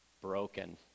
Broken